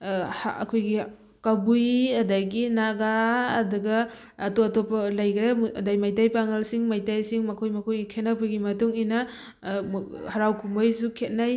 ꯑꯩꯈꯣꯏꯒꯤ ꯀꯕꯨꯏ ꯑꯗꯒꯤ ꯅꯥꯒꯥ ꯑꯗꯨꯒ ꯑꯇꯣꯞ ꯑꯇꯣꯞꯄ ꯂꯩꯈ꯭ꯔꯦ ꯑꯗꯩ ꯃꯩꯇꯩ ꯄꯥꯉꯜꯁꯤꯡ ꯃꯩꯇꯩꯁꯤꯡ ꯃꯈꯣꯏ ꯃꯈꯣꯏꯒꯤ ꯈꯦꯠꯅꯕꯒꯤ ꯃꯇꯨꯡꯏꯟꯅ ꯍꯔꯥꯎ ꯀꯨꯝꯍꯩꯁꯨ ꯈꯦꯠꯅꯩ